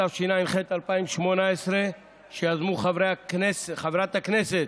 התשע"ח 2018, שיזמו חברת הכנסת